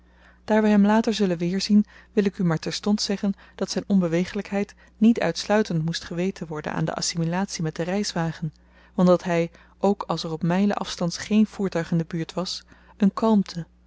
wy hem later zullen weerzien wil ik u maar terstond zeggen dat zyn onbewegelykheid niet uitsluitend moest geweten worden aan de assimilatie met den reiswagen want dat hy ook als er op mylen afstands geen voertuig in de buurt was een kalmte